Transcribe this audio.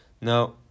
Now